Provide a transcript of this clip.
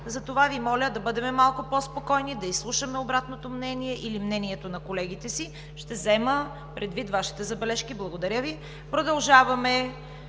Затова Ви моля да бъдем малко по спокойни, да изслушаме обратното мнение или мнението на колегите си. Ще взема предвид Вашите забележки. Благодаря Ви. Продължаваме